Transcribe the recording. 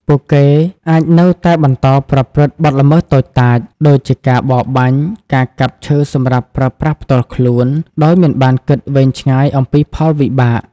ពួកគេអាចនៅតែបន្តប្រព្រឹត្តបទល្មើសតូចតាច ដូចជាការបរបាញ់ ការកាប់ឈើសម្រាប់ប្រើប្រាស់ផ្ទាល់ខ្លួន ដោយមិនបានគិតវែងឆ្ងាយអំពីផលវិបាក។